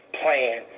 plan